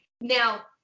Now